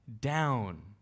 down